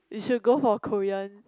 you should go for Korean